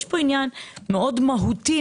יש פה עניין מהותי מאוד,